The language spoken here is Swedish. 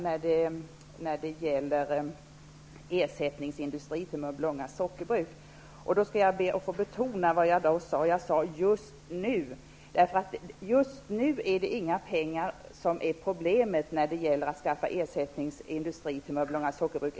När det gäller ersättningsindustri för Mörbylånga sockerbruk skall jag be att få betona vad jag tidigare sade. Jag sade just nu. Just nu, i den lågkonjunktur som råder, är det inte pengar som är problemet när det gäller att skaffa ersättningsindustri för Mörbylånga sockerbruk.